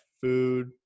food